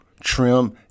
trim